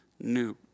new